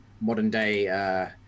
modern-day